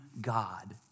God